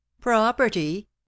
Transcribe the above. Property